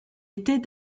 était